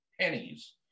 pennies